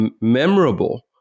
memorable